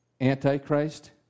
antichrist